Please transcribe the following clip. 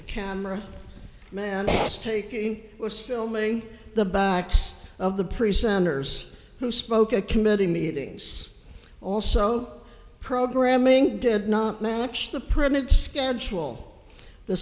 the camera man asked taking was filming the backs of the presenters who spoke at committee meetings also programming did not match the printed schedule the